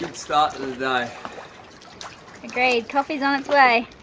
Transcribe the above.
start to the agreed, coffee's on its way